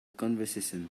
conversation